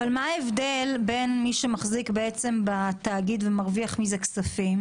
אבל מה ההבדל בין מי שמחזיק בתאגיד ומרוויח מזה כספים,